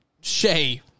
Shay